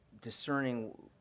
discerning